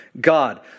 God